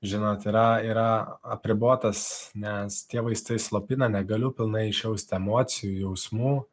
žinot yra yra apribotas nes tie vaistai slopina negaliu pilnai išjausti emocijų jausmų